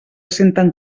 senten